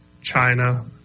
China